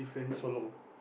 solo